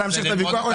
לא